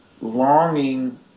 longing